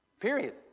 Period